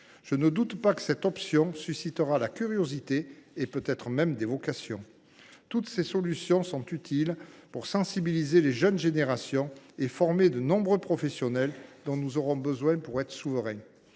Je ne doute pas que cette option suscitera la curiosité, et peut être même des vocations. Toutes ces solutions seront utiles pour sensibiliser les jeunes générations et former les nombreux professionnels dont nous aurons besoin pour être souverains.